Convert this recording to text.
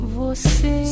você